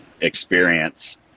experience